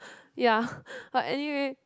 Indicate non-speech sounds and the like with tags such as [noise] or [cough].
ya [breath] but anyway